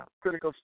critical